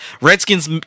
Redskins